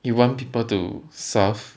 you want people to serve